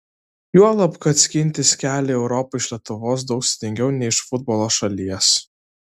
juolab kad skintis kelią į europą iš lietuvos daug sudėtingiau nei iš futbolo šalies